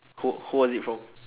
who who was it from